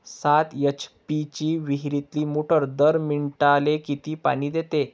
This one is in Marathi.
सात एच.पी ची विहिरीतली मोटार दर मिनटाले किती पानी देते?